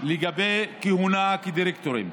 לגבי כהונה כדירקטורים,